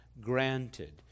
granted